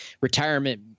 retirement